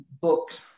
book